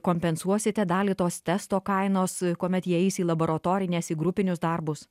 kompensuosite dalį tos testo kainos kuomet jie eis į laboratorines į grupinius darbus